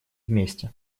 вместе